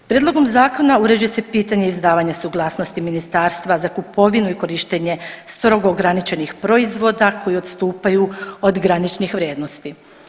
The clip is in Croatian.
Prijedlogom zakona uređuje se pitanje izdavanja suglasnosti Ministarstva za kupovinu i korištenje strogo ograničenih proizvoda koji odstupaju od graničnih vrijednosti.